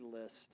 list